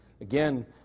Again